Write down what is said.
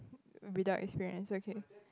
without experience is okay